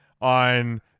on